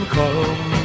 come